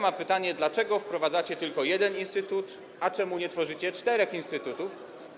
Mam pytanie, dlaczego wprowadzacie tylko jeden instytut, a czemu nie tworzycie czterech instytutów.